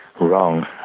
wrong